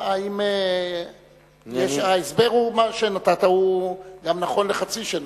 ההסבר שנתת נכון גם לחצי שנה.